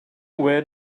where